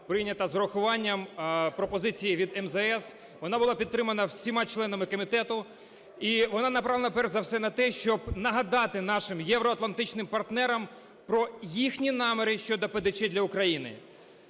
прийнята з урахуванням пропозиції від МЗС. Вона була підтримана всіма членами комітету, і вона направлена, перш за все, на те, щоб нагадати нашим євроатлантичним партнерам про їхні наміри щодо ПДЧ для України.